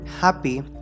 happy